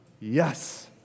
Yes